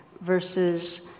versus